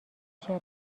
چرا